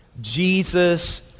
Jesus